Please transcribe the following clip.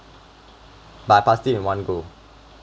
but I pass it in one go